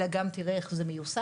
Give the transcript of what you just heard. אלא גם נראה איך זה מיושם.